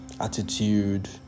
attitude